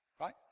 Right